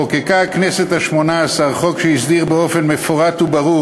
חוקקה הכנסת השמונה-עשרה חוק שהסדיר באופן מפורט וברור